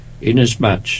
inasmuch